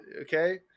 okay